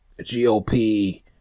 GOP